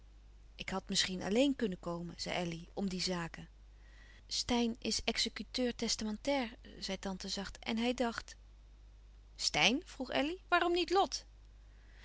ik had misschien alleen kunnen komen zei elly om die zaken steyn is executeur testamentair zei tante zacht en hij dacht steyn vroeg elly waarom niet lot